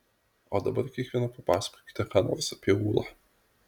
o dabar kiekviena papasakokite ką nors apie ūlą